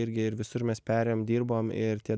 irgi ir visur mes perėjom dirbom ir tie